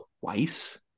twice